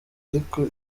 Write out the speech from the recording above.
ariko